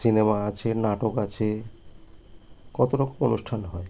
cinema আছে নাটক আছে কতো রকম অনুষ্ঠান হয়